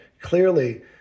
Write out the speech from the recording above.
clearly